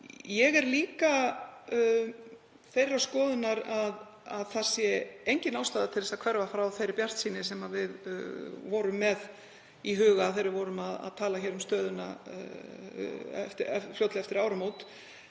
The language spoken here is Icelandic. Ég er líka þeirrar skoðunar að engin ástæða sé til að hverfa frá þeirri bjartsýni sem við vorum með í huga þegar við töluðum um stöðuna fljótlega eftir áramót.